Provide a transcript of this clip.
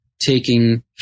taking